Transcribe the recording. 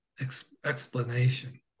explanation